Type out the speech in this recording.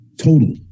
total